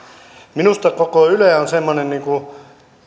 minusta koko yle on semmoinen niin kuin